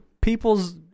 people's